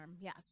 yes